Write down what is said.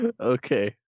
okay